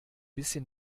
bisschen